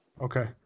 Okay